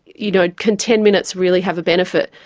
you know, can ten minutes really have a benefit.